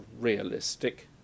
Realistic